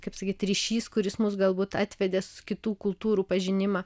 kaip sakyt ryšys kuris mus galbūt atvedė su kitų kultūrų pažinimą